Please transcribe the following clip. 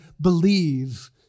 believe